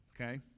Okay